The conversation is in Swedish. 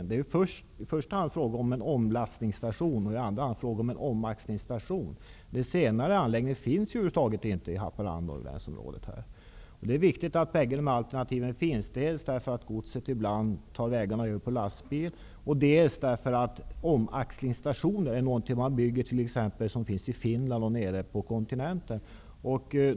Det är i första hand fråga om en omlastningsstation och i andra hand en omaxlingsstation. Den senare anläggningen finns över huvud taget inte i Haparanda. Det är viktigt att båda alternativen finns dels därför att godset ibland går över gräns på lastbilar, dels därför att omaxlingsstation är någonting som byggs och finns i Finland och nere på kontinenten.